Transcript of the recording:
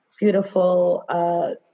beautiful